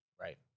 Right